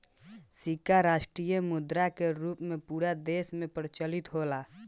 सिक्का राष्ट्रीय मुद्रा के रूप में पूरा देश में प्रचलित होला